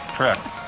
correct.